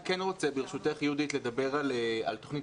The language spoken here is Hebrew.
אני כן רוצה - ברשותך יהודית - לדבר על תוכנית